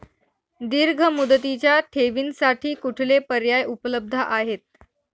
दीर्घ मुदतीच्या ठेवींसाठी कुठले पर्याय उपलब्ध आहेत?